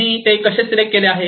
त्यांनी कसे सिलेक्ट केले आहे